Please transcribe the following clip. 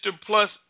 Plus